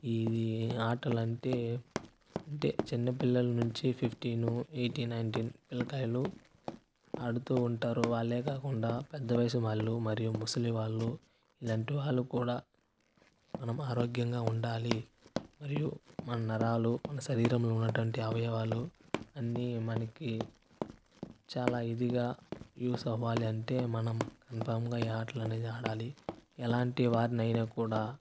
ఇవి ఆటలు అంటే అంటే చిన్నపిల్లల నుంచి ఫిఫ్టీన్ ఎయిటీన్ నైన్టీన్ పిల్లకాయలు ఆడుతుంటారు వాళ్ళే కాకుండా పెద్ద వయసు వాళ్ళు ముసలి వాళ్ళు ఇలాంటి వాళ్ళు కూడా మనం ఆరోగ్యంగా ఉండాలి మరియు మన నరాలు మన శరీరంలో ఉన్నటువంటి అవయవాలు అన్నీ మనకి చాలా ఇదిగా యూస్ అవ్వాలి అంటే మనం కన్ఫామ్ గా ఈ ఆటలనేది ఆడాలి ఎలాంటి వారినైనా కూడా